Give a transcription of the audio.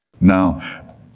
Now